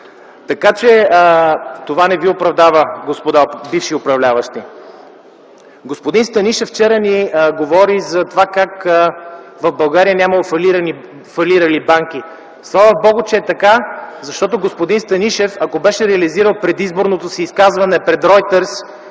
Така че това не ви оправдава, господа бивши управляващи. Господин Станишев вчера ни говори за това как в България нямало фалирали банки. Слава Богу, че е така, защото ако господин Станишев беше реализирал предизборното си изказване пред „Ройтерс”